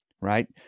right